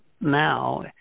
now